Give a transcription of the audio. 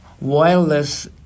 wireless